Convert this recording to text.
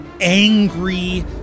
Angry